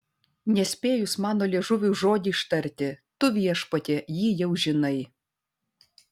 nespėjus mano liežuviui žodį ištarti tu viešpatie jį jau žinai